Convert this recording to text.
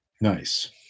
Nice